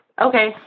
Okay